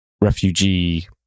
refugee